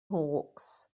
hawks